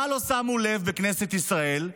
למה לא שמו לב בכנסת ישראל?